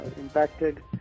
impacted